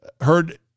heard